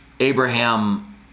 Abraham